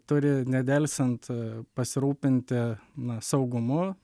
turi nedelsiant pasirūpinti na saugumu